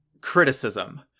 criticism